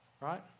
Right